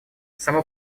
само